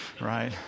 right